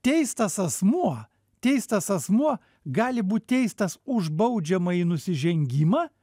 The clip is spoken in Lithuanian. teistas asmuo teistas asmuo gali būt teistas už baudžiamąjį nusižengimą